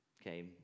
Okay